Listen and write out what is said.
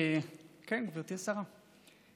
כן, גברתי השרה,